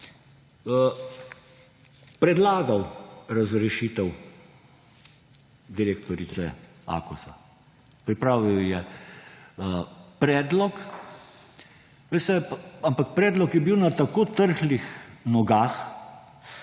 predlagal razrešitev direktorice Akosa. Pripravil je predlog, veste, ampak predlog je bil na tako trhlih nogah,